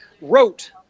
wrote